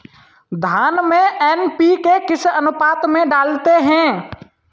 धान में एन.पी.के किस अनुपात में डालते हैं?